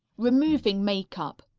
removing makeup.